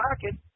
pocket